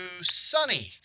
Sunny